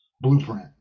blueprint